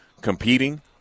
competing